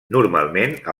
normalment